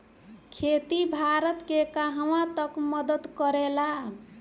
खेती भारत के कहवा तक मदत करे ला?